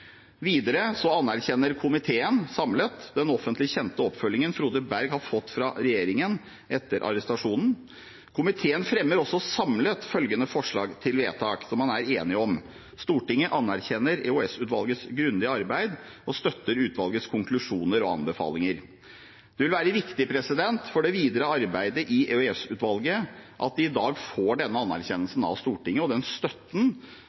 anerkjenner komiteen samlet den offentlig kjente oppfølgingen Frode Berg har fått fra regjeringen etter arrestasjonen. Komiteen fremmer også samlet følgende forslag til vedtak, som man er enige om: «Stortinget anerkjenner EOS-utvalgets grundige arbeid og støtter utvalgets konklusjoner og anbefalinger.» Det vil være viktig for det videre arbeidet i EOS-utvalget at de i dag får denne anerkjennelsen av Stortinget og den støtten